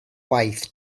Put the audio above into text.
waith